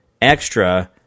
extra